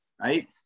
right